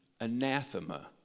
anathema